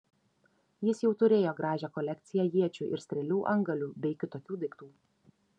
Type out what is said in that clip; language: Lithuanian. jis jau turėjo gražią kolekciją iečių ir strėlių antgalių bei kitokių daiktų